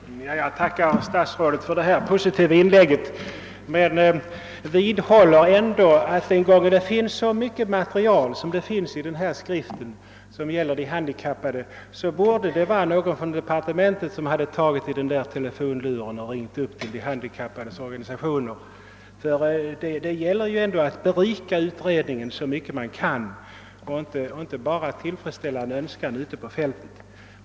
Herr talman! Jag tackar statsrådet för det positiva inlägget men vidhåller att eftersom så mycket material i detta betänkande rör de handikappade, borde någon från departementet ha tagit telefonluren och ringt upp de handikappades organisationer. Det gäller dock att så mycket som möjligt berika utredningen och inte bara att tillfredsställa en önskan ute på fältet.